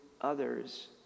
others